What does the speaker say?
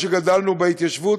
שגדלנו בהתיישבות,